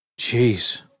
Jeez